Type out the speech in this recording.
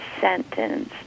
sentence